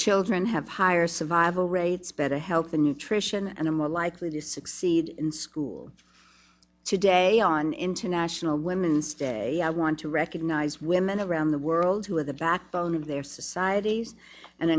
children have higher survival rates better health and nutrition and i'm a likely to succeed in school today on international women's day i want to recognize women around the world who are the backbone of their societies and